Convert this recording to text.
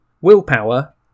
willpower